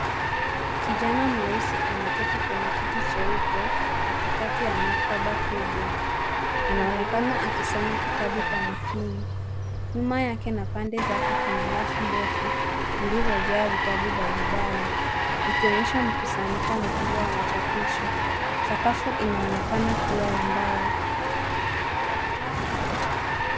Kijana mweusi ameketi kwenye kiti cheupe katikati ya maktaba kubwa. Anaonekana akisoma kitabu kwa makini. Nyuma yake na pande zake kuna rafu ndefu, zilizojaa vitabu mbalimbali, zikionyesha mkusanyiko mkubwa wa machapisho. Sakafu inaonekana kua ya mbao.